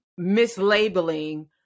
mislabeling